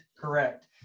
correct